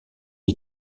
est